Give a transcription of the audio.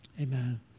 amen